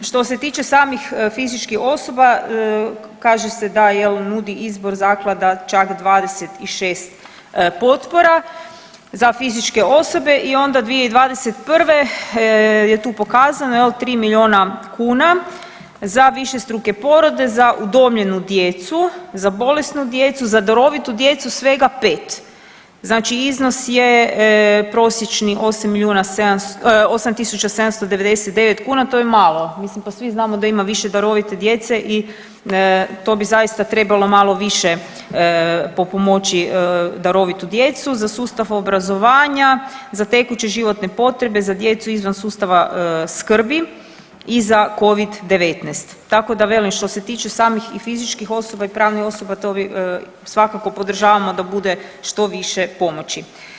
Što se tiče samih fizičkih osoba, kaže se da, je li, nudi izbor Zaklada, čak 26 potpora, za fizičke osobe i onda 2021. je tu pokazano, je li, 3 milijuna kuna za višestruke porode, za udomljenu djecu, za bolesnu djecu, za darovitu djecu svega 5. Znači iznos je prosječni 8 milijuna .../nerazumljivo/... 8 tisuća 799 kuna, to je malo, mislim da svi znamo da ima više darovite djece i to bi zaista trebalo malo više potpomoći darovitu djecu, za sustav obrazovanja, za tekuće životne potrebe, za djecu izvan sustava skrbi i za Covid-19, tako da, velim, što se tiče samih i fizičkih osoba i pravnih osoba to svakako podržavamo da bude što više pomoći.